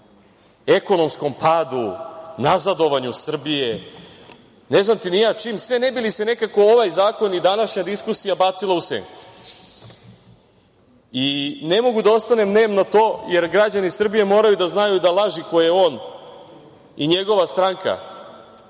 ekonomskom padu, nazadovanju Srbije, ne znam ti ja čim sve ne bi li se nekako ovaj zakon i današnja diskusija bacila u senku. Ne mogu da ostanem nem na to, jer građani Srbije moraju da znaju da laži koje on i njegova stranka